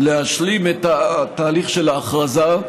להשלים את התהליך של ההכרזה.